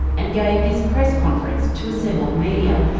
and gave this press conference to assembled media.